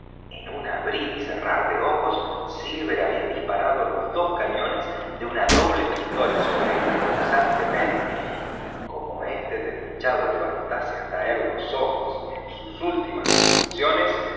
en un abrir y cerrar de ojos silver había disparado los dos cañones de una doble pistola sobre el agonizante merry y como este desdichado levantase hasta él los ojos en sus últimas convulsiones